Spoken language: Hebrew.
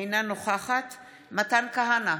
אינה נוכחת מתן כהנא,